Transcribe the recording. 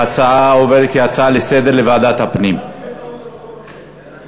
ההצעה עוברת כהצעה לסדר-היום לוועדת הפנים.